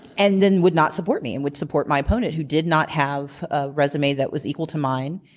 and then would not support me and would support my opponent who did not have a resume that was equal to mine.